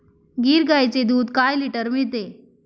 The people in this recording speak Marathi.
गीर गाईचे दूध काय लिटर मिळते?